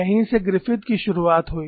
यही से ग्रिफ़िथ की शुरुआत हुई